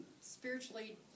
spiritually